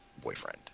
boyfriend